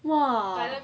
!wah!